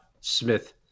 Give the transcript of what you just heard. Smith